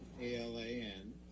A-L-A-N